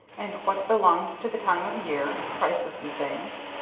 and what belongs to the time of year, prices and things.